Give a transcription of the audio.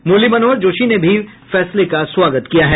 मुरली मनोहर जोशी ने भी फैसले का स्वागत किया है